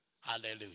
Hallelujah